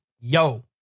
Yo